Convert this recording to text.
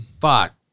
Fuck